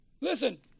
Listen